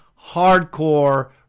hardcore